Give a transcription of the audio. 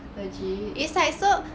legit